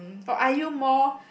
or are you more